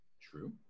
True